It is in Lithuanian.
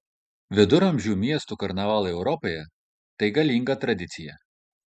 viduramžių miestų karnavalai europoje tai galinga tradicija